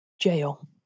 Jail